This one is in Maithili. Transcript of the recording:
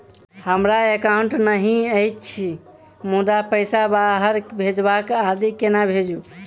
हमरा एकाउन्ट नहि अछि मुदा पैसा बाहर भेजबाक आदि केना भेजू?